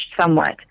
somewhat